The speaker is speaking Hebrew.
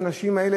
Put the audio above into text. הנשים האלה,